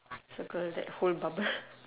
circle that whole bubble